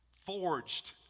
forged